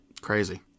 Crazy